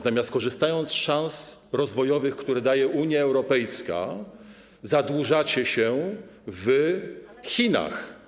Zamiast korzystać z szans rozwojowych, które daje Unia Europejska, zadłużacie się w Chinach.